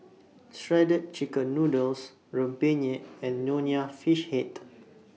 Shredded Chicken Noodles Rempeyek and Nonya Fish Head